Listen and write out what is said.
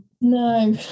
No